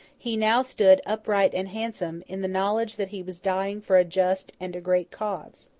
he now stood upright and handsome, in the knowledge that he was dying for a just and a great cause.